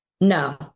No